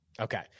Okay